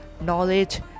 knowledge